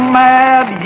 mad